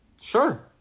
Sure